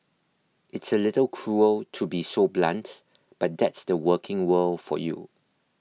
it's a little cruel to be so blunt but that's the working world for you